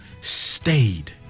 stayed